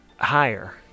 Higher